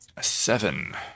seven